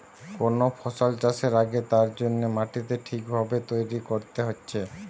কোন ফসল চাষের আগে তার জন্যে মাটিকে ঠিক ভাবে তৈরী কোরতে হচ্ছে